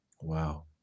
Wow